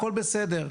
הכול בסדר.